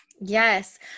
Yes